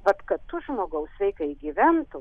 vat kad tu žmogau sveikai gyventum